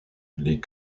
les